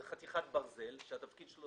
זה חתיכת ברזל שהתפקיד שלה